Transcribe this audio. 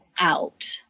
out